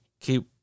Keep